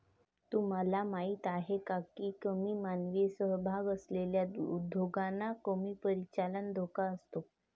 तुम्हाला माहीत आहे का की कमी मानवी सहभाग असलेल्या उद्योगांना कमी परिचालन धोका असतो?